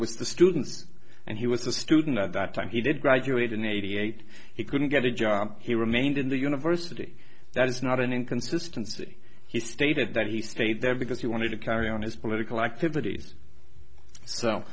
was the students and he was a student at that time he did graduate in eighty eight he couldn't get a job he remained in the university that was not an inconsistency he stated that he stayed there because he wanted to carry on his political activities so